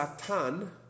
satan